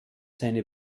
seine